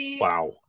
Wow